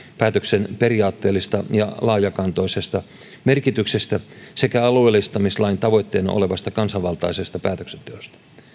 päätöksen periaatteellisesta ja laajakantoisesta merkityksestä sekä alueellistamislain tavoitteena olevasta kansanvaltaisesta päätöksenteosta